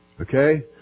Okay